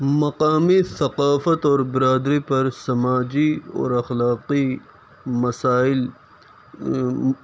مقامی ثقافت اور برادری پر سماجی اور اخلاقی مسائل